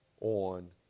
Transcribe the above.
on